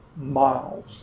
miles